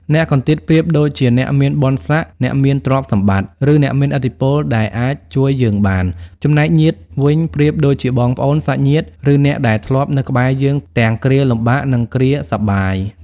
អ្នកកន្តៀត ប្រៀបដូចជាអ្នកមានបុណ្យស័ក្តិ អ្នកមានទ្រព្យសម្បត្តិ ឬអ្នកមានឥទ្ធិពលដែលអាចជួយយើងបាន ចំណែក ញាតិ វិញប្រៀបដូចជាបងប្អូន សាច់ញាតិ ឬអ្នកដែលធ្លាប់នៅក្បែរយើងទាំងគ្រាលំបាក និងគ្រាសប្បាយ។